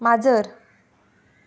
माजर